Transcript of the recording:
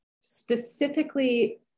specifically